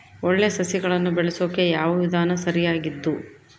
ಒಳ್ಳೆ ಸಸಿಗಳನ್ನು ಬೆಳೆಸೊಕೆ ಯಾವ ವಿಧಾನ ಸರಿಯಾಗಿದ್ದು?